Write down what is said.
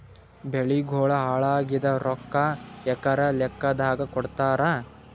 ಬೆಳಿಗೋಳ ಹಾಳಾಗಿದ ರೊಕ್ಕಾ ಎಕರ ಲೆಕ್ಕಾದಾಗ ಕೊಡುತ್ತಾರ?